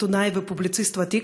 עיתונאי ופובליציסט ותיק,